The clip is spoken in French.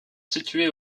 situés